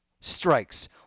strikes